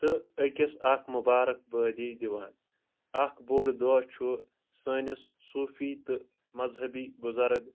تہٕ أکِس اکھ مُبارَک بٲدی دِوان اکھ بوٚڑ دۄہ چھُ سٲنِس صوٗفی تہٕ مذہبی بُزرٕگ